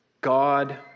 God